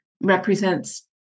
represents